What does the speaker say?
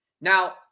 Now